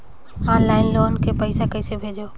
Online loan के पईसा कइसे भेजों?